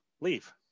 leave